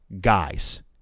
guys